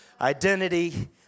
Identity